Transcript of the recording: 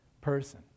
person